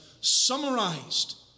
Summarized